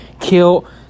kill